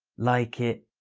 like it.